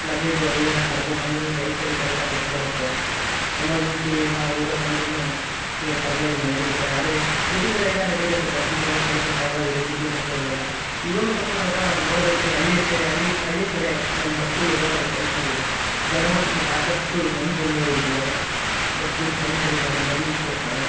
luggage ಅವು ಇವು ಏನಾರೂ ತರ್ಬೇಕಂದ್ರೂ ಟೈಮ್ ಸರಿ ಕರೆಟ್ಟಾಗಿ ಬಸ್ ಬರುತ್ತೆ ಎಮರ್ಜೆನ್ಸಿ ಏನಾರ ಹೋಬೇಕಂದ್ರೂ ಇವಾಗ ಪರವಾಗಿಲ್ಲ ನಡೆಯುತ್ತೆ ಆದರೆ ಸಿಟಿ ಕಡೆ ಹೆಂಗೆ ನಡೀತತ್ತೆ ಬಸ್ಸಿಂದು ವ್ಯವಸ್ಥೆ ಎಲ್ಲ ಸ್ವಲ್ಪ ಪರ್ವಾಗಿಲ್ಲ ಸಿಟಿ ಬಸ್ ಅವೆಲ್ಲ ಇವಾಗೂ ಸ್ವಲ್ಪ ಸ್ವಲ್ಪ ನೋಡ್ಬೇಕಂದ್ರೆ ಹಳ್ಳಿ ಸೈ ಹಳ್ಳಿ ಸೈಡ್ ಹಳ್ಳಿ ಕಡೆ ಒಂದೊಂದು ಬಸ್ಗಳು ಹೋಗೋಲ್ಲ ಟೈಮ್ ಸರೀಗೆ ಜನಗಳ್ ಪಾಪ ಸಾಕಷ್ಟು ನೊಂದು ಬೆಂದು ಹೋಗ್ಬಿಟ್ಟಿದಾರೆ ಬಸ್ಗಳ್ ಟೈಮ್ ಸರೀಗೆ ಬರಲಿ ಬರ್ದಿದ್ಕೋಸ್ಕರ